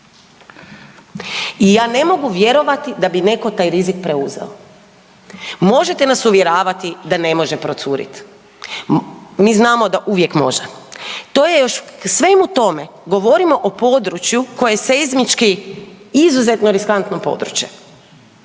I ja ne mogu vjerovati da bi netko taj rizik preuzeo. Možete nas uvjeravati da ne može procuriti. Mi znamo da uvijek može. To je još svemu tome, govorimo o području koje je seizmički izuzetno riskantno područje.